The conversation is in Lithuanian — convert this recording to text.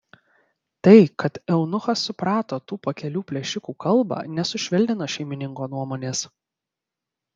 tai kad eunuchas suprato tų pakelių plėšikų kalbą nesušvelnino šeimininko nuomonės